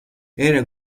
era